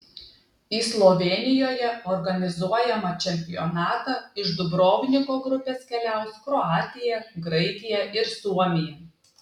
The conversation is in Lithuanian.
į slovėnijoje organizuojamą čempionatą iš dubrovniko grupės keliaus kroatija graikija ir suomija